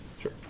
Sure